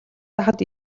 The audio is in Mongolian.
байхад